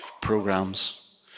programs